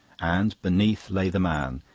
and beneath lay the man,